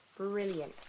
brilliant.